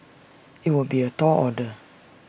IT would be A tall order